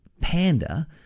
Panda